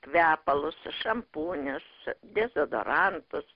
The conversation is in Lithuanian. kvepalus šampūnus dezodorantus